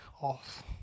off